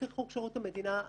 לפי חוק שירות המדינה (מינויים),